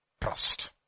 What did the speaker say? trust